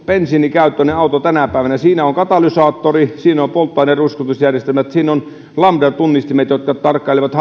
bensiinikäyttöisessä autossa tänä päivänä on katalysaattori siinä on polttoaineen ruiskutusjärjestelmä siinä on lambda tunnistin joka tarkkailee